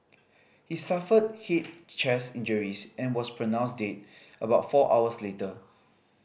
he suffered head chest injuries and was pronounced dead about four hours later